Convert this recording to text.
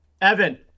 Evan